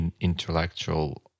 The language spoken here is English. intellectual